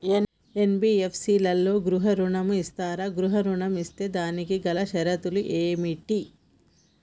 NBFC లలో గృహ ఋణం ఇస్తరా? గృహ ఋణం ఇస్తే దానికి గల షరతులు ఏమిటి?